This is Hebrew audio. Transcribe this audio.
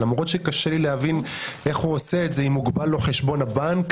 למרות שקשה לי להבין איך הוא עושה את זה אם הוגבל לו חשבון הבנק,